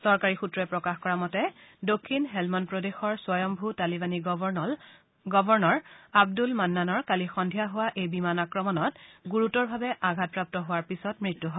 চৰকাৰী সূত্ৰই প্ৰকাশ কৰা মতে দক্ষিণ হেল্মন্দ প্ৰদেশৰ স্বয়ভু তালিবানী গৱৰ্ণৰ আব্দুল মান্নানৰ কালি সদ্ধিয়া হোৱা এই বিমান আক্ৰমণত গুৰুতৰভাৱে আঘাতপ্ৰাপ্ত হোৱাৰ পিছত মৃত্যু হয়